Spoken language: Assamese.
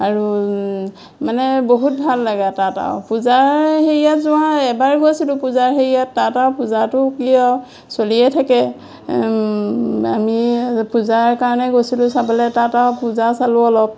আৰু মানে বহুত ভাল লাগে তাত আও পূজা হেৰিয়াত যোৱা এবাৰ গৈছিলোঁ পূজা হেৰিয়াত তাত আও পূজাটো কি আৰু চলিয়ে থাকে আমি পূজাৰ কাৰণে গৈছিলোঁ চাবলে তাত আও পূজা চালোঁ অলপ